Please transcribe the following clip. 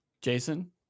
Jason